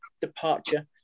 departure